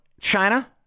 China